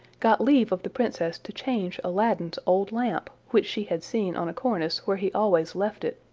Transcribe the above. got leave of the princess to change aladdin's old lamp, which she had seen on a cornice where he always left it,